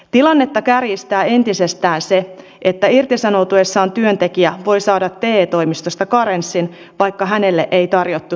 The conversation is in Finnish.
tilannetta kärjistää entisestään se että irtisanoutuessaan työntekijä voi saada te toimistosta karenssin vaikka hänelle ei tarjottu työtunteja